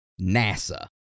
NASA